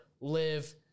live